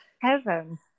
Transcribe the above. heaven